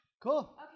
Cool